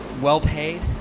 well-paid